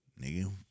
Nigga